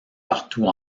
partout